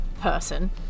Person